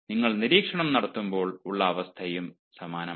നിങ്ങൾ നിരീക്ഷണം നടത്തുമ്പോൾ ഉള്ള അവസ്ഥയും സമാനമാണ്